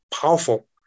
powerful